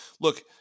look